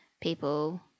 people